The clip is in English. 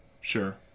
Sure